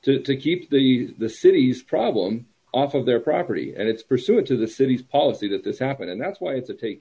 to keep the cities problem off of their property and it's pursuant to the city's policy that this happened and that's why it's a take